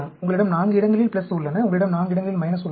உங்களிடம் 4 இடங்களில் உள்ளன உங்களிடம் 4 இடங்கள் உள்ளன